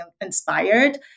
inspired